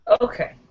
Okay